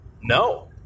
No